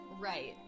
right